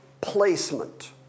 placement